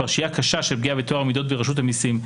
קשה של פגיעה בטוהר המידות ברשות המיסים.